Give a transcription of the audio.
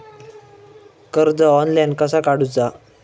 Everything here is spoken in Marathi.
कर्ज ऑनलाइन कसा काडूचा?